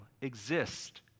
exist